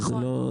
נכון.